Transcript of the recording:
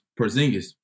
Porzingis